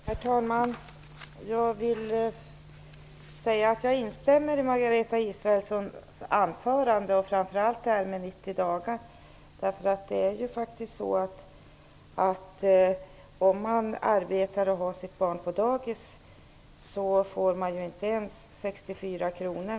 Herr talman! Jag vill säga att jag instämmer i Margareta Israelssons anförande, framför allt när det gäller de 90 dagarna. Om man arbetar och har sina barn på dagis får man faktiskt inte ens 64 kr.